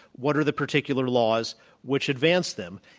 what are the particular laws which advance them?